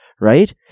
Right